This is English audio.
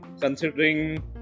considering